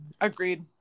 Agreed